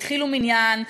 התחילו מניין,